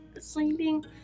sleeping